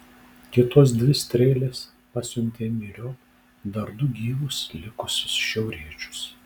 kitos dvi strėlės pasiuntė myriop dar du gyvus likusius šiauriečius